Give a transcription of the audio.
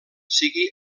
sigui